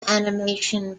animation